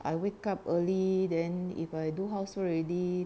I wake up early then if I do housework already